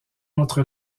entre